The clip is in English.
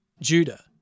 Judah